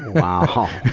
wow.